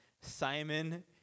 Simon